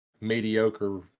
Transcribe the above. mediocre